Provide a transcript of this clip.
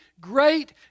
great